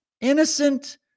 innocent